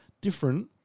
different